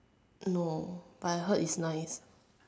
no but I heard it's nice